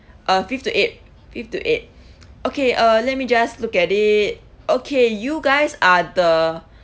uh fifth to eighth fifth to eighth okay uh let me just look at it okay you guys are the